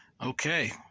Okay